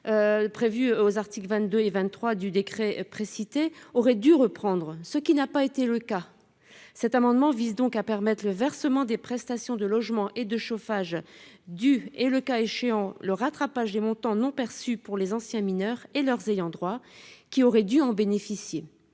prévues aux articles 22 et 23 du décret précité aurait dû reprendre, ce qui n'a pas été le cas. Cet amendement vise donc à permettre le versement des prestations de logement et de chauffage dues et, le cas échéant, le rattrapage des montants non perçus aux anciens mineurs et à leurs ayants droit qui auraient dû en bénéficier.